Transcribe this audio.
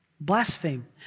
Blaspheme